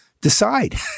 decide